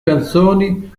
canzoni